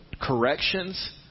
corrections